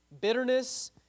bitterness